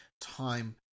time